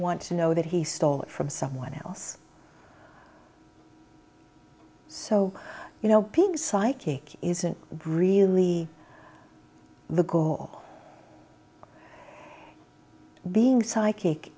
want to know that he stole it from someone else so you know pig's psychic isn't really the goal or being psychic